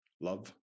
love